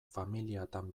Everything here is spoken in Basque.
familiatan